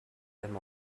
them